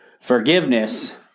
forgiveness